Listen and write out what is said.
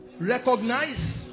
recognize